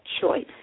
Choice